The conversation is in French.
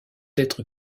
être